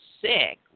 sick